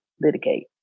litigate